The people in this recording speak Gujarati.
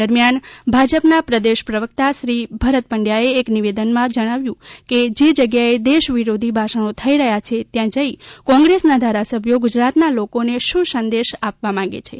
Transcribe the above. દરમિયાન ભાજપના પ્રદેશ પ્રવક્તા શ્રી ભરત પંડ્યા એ એક નિવેદનમાં જણાવ્યું છે કે જે જગ્યાએ દેશ વિરોધી ભાષણો થઇ રહ્યા છે ત્યાં જઈને કોંગ્રેસના ધારાસભ્યો ગુજરાતના લોકોને શું સંદેશ આપવા માંગેછે